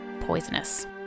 poisonous